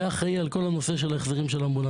שהיה אחראי על כל הנושא של ההחזרים של האמבולנסים,